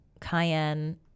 cayenne